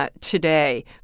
today